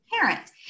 parents